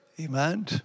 Amen